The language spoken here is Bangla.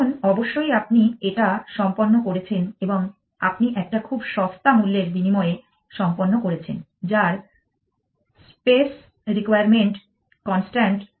এখন অবশ্যই আপনি এটা সম্পন্ন করেছেন এবং আপনি একটা খুব সস্তা মূল্যের বিনিময়ে সম্পন্ন করেছেন যার স্পেস রিকোয়ারমেন্ট কনস্ট্যান্ট